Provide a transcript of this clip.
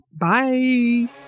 Bye